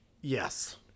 Yes